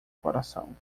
coração